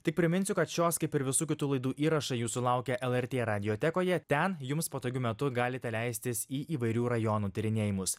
tik priminsiu kad šios kaip ir visų kitų laidų įrašai jūsų laukia lrt radiotekoje ten jums patogiu metu galite leistis į įvairių rajonų tyrinėjimus